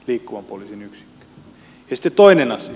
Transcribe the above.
sitten toinen asia